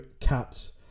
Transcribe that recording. caps